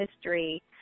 history